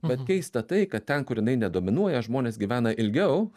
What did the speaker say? bet keista tai kad ten kur jinai nedominuoja žmonės gyvena ilgiau